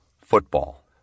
Football